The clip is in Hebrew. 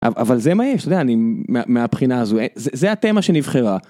אבל זה מה יש, אני מהבחינה הזו, זה התמה שנבחרה.